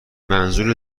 منظور